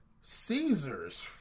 Caesars